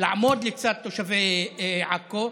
לעמוד לצד תושבי עכו.